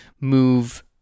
Move